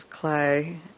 clay